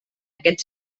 aquest